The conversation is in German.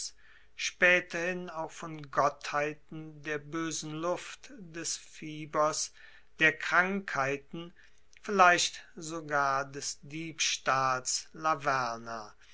spaeterhin auch von gottheiten der boesen luft des fiebers der krankheiten vielleicht sogar des diebstahls